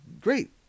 great